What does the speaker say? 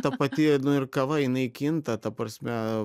ta pati kava jinai kinta ta prasme